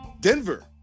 denver